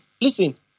listen